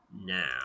now